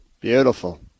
Beautiful